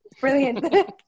Brilliant